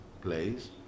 place